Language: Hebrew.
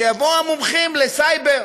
שיבואו המומחים לסייבר,